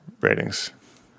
Ratings